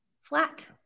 flat